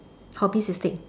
hobby sistic